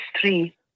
three